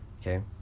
Okay